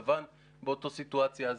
אני חושב שגם כחול לבן באותה סיטואציה.